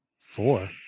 Four